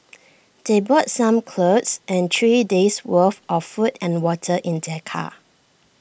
they brought some clothes and three days' worth of food and water in their car